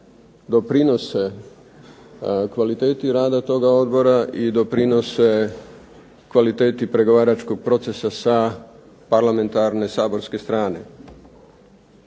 doprinose kvaliteti rada toga odbora i doprinose kvaliteti pregovaračkog procesa sa parlamentarne saborske strane.